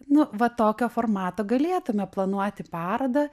nu va tokio formato galėtume planuoti parodą